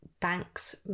banks